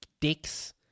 dicks